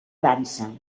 dansa